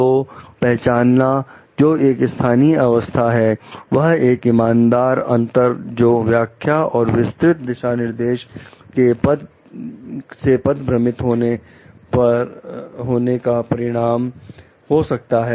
तो पहचान जो एक स्थानीय अवस्था है वह एक ईमानदार अंतर जो व्याख्या और विस्तृत दिशानिर्देश से पद भ्रमित होने का परिणाम हो सकते हैं